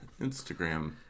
Instagram